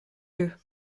yeux